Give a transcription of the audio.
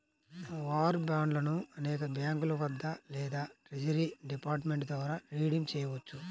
war బాండ్లను అనేక బ్యాంకుల వద్ద లేదా ట్రెజరీ డిపార్ట్మెంట్ ద్వారా రిడీమ్ చేయవచ్చు